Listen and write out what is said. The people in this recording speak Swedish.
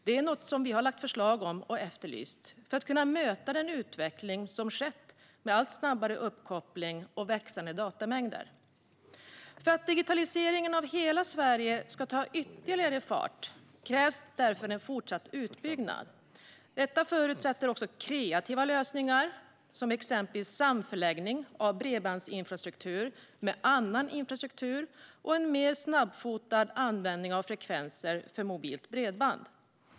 Det är något som vi har lagt fram förslag om och efterlyst för att man ska kunna möta den utveckling som skett med allt snabbare uppkoppling och växande datamängder. För att digitaliseringen av hela Sverige ska ta ytterligare fart krävs därför en fortsatt utbyggnad. Detta förutsätter också kreativa lösningar, som exempelvis samförläggning av bredbandsinfrastruktur och annan infrastruktur samt en mer snabbfotad användning av frekvenser för mobilt bredband.